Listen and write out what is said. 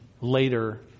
later